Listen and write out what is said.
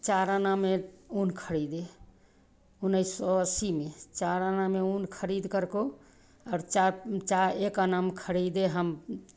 चार आना में ऊन खरीदे उन्नीस सौ अस्सी में चार आना में ऊन खरीद करको और चार चा एक आना में खरीदे हम